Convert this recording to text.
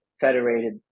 federated